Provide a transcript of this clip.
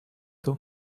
plus